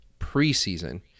preseason